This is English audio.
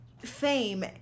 fame